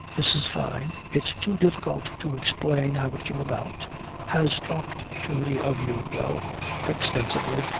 mrs. fyne it's too difficult to explain how it came about has talked to me of you well extensively.